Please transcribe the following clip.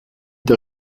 der